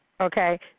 Okay